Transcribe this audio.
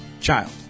child